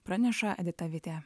praneša edita vitė